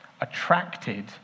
Attracted